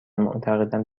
معتقدم